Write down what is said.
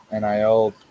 NIL